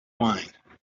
wine